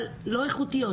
אבל לא איכותיות,